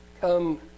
come